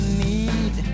need